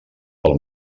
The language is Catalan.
pel